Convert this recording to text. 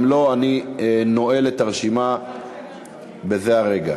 אם לא, אני נועל את הרשימה בזה הרגע.